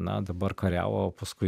na dabar kariavo o paskui